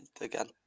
again